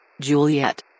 Juliet